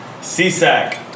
CSAC